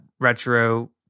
retro